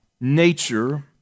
nature